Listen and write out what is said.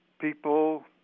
people